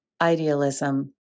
idealism